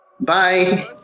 Bye